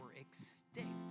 extinct